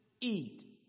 Eat